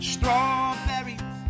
Strawberries